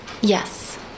Yes